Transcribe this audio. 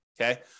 okay